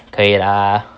可以 lah